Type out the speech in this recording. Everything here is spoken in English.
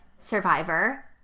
Survivor